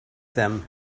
them